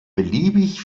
beliebig